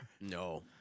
No